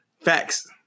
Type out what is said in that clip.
Facts